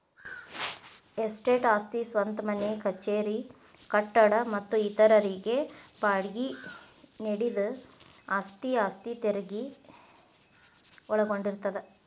estate ಆಸ್ತಿ ಸ್ವಂತ ಮನೆ ಕಚೇರಿ ಕಟ್ಟಡ ಮತ್ತ ಇತರರಿಗೆ ಬಾಡ್ಗಿ ನೇಡಿದ ಆಸ್ತಿ ಆಸ್ತಿ ತೆರಗಿ ಒಳಗೊಂಡಿರ್ತದ